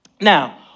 Now